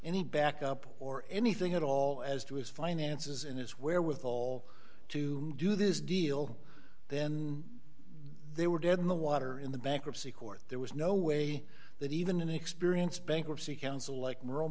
any backup or anything at all as to his finances in his wherewithal to do this deal then they were dead in the water in the bankruptcy court there was no way that even an experienced bankruptcy counsel like rural